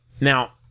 Now